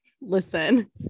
listen